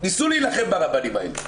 ניסו להילחם ברבנים האלה,